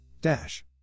Dash